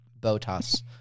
Botas